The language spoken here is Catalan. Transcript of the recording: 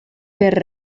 per